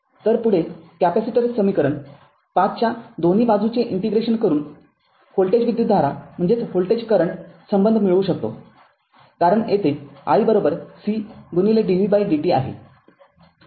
तर पुढे कॅपेसिटर समीकरण ५च्या दोन्ही बाजूचे इंटिग्रेशन करून व्होल्टेज विद्युतधारा संबंध मिळवू शकतोकारण येथे i c dvdt आहे